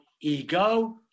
ego